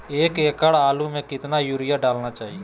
एक एकड़ आलु में कितना युरिया डालना चाहिए?